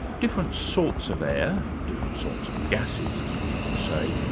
different sorts of air, different sorts of gases as we would say,